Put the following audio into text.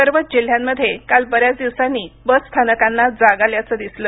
सर्वच जिल्ह्यांमध्ये काल बऱ्याच दिवसांनी बसस्थानकांना जाग आल्याचं दिसलं